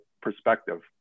perspective